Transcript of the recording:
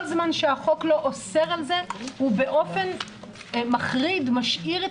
כל זמן שהחוק לא אוסר על זה הוא באופן מחריד משאיר את